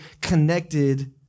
connected